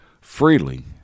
freely